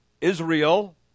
Israel